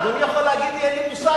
אדוני יכול להגיד לי: אין לי מושג,